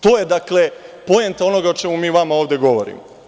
To je poenta onoga o čemu mi vama ovde govorimo.